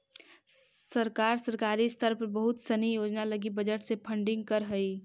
सरकार सरकारी स्तर पर बहुत सनी योजना लगी बजट से फंडिंग करऽ हई